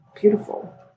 beautiful